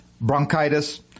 bronchitis